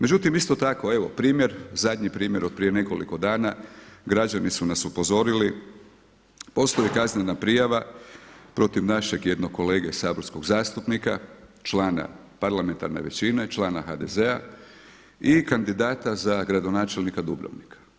Međutim isto tako evo primjer, zadnji primjer od prije nekoliko dana građani su nas upozorili, postoji kaznena prijava protiv našeg jednog kolege saborskog zastupnika, člana parlamentarne većine, člana HDZ-a i kandidata za gradonačelnika Dubrovnika.